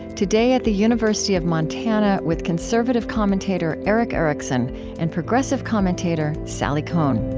today at the university of montana with conservative commentator erick erickson and progressive commentator sally kohn